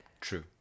True